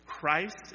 Christ